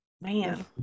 man